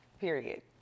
Period